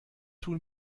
tun